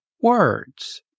words